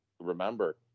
remember